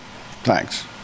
Thanks